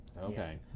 okay